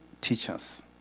teachers